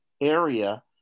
area